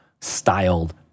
styled